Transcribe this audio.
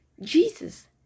Jesus